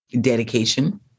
dedication